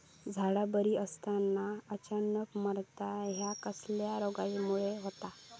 झाडा बरी असताना अचानक मरता हया कसल्या रोगामुळे होता?